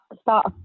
start